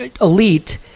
elite